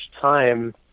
time